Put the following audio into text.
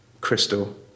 crystal